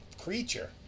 creature